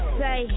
say